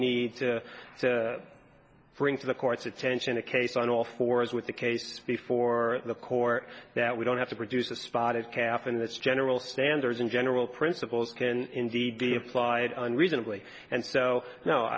need to bring to the court's attention a case on all fours with the case before the court that we don't have to produce a spotted calf and this general standards in general principles can indeed be applied unreasonably and